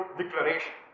declaration